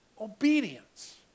obedience